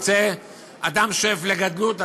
אדם שואף לגדלות,